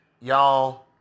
y'all